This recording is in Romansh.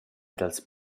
dals